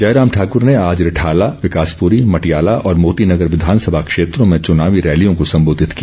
जयराम ठाकर ने आज रिठाला विकासपुरी मटियाला और मोतीनगर विधानसभा क्षेत्रों में चुनावी रैलियों को संबोधित किया